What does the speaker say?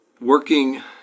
working